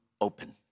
open